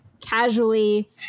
casually